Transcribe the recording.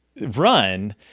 run